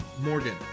Morgan